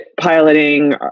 piloting